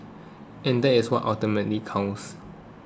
and that is what ultimately counts